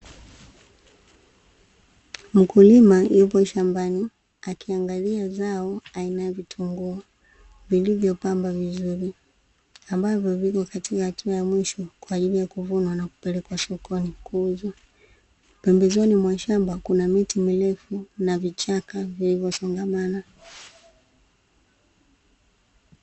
Mkulima yupo shambani akiangalia zao aina ya vitunguu vilivyopamba vizuri, ambavyo vipo katika hatua ya mwisho kwaajili ya kuvunwa na kupelekwa sokoni kuuzwa. Pembezoni mwa shamba kuna miti mirefu na vichaka vilivyosongamana.